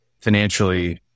financially